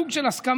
סוג של הסכמה,